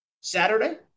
Saturday